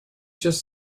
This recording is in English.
just